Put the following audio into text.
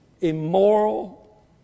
immoral